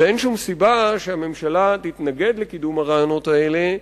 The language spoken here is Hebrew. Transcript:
ואין שום סיבה שהממשלה תתנגד לקידום הרעיונות האלה,